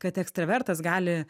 kad ekstravertas gali